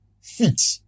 feet